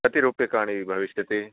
कति रूप्यकाणि भविष्यति